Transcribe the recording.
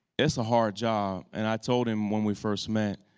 it's a hard job. and i told him when we first met,